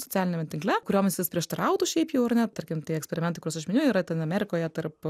socialiniame tinkle kurioms jis prieštarautų šiaip jau ar ne tarkim tie eksperimentai kuriuos aš miniu yra ten amerikoje tarp